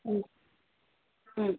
ಹ್ಞೂ ಹ್ಞೂ